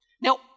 Now